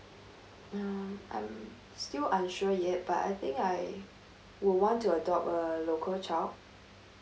mm I'm still unsure yet but I think I would want to adopt a local child